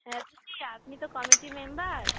হ্যাঁ দিদি আপনি তো কমিটি মেম্বার